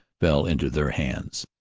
fell into their hands.